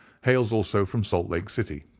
hails also from salt lake city.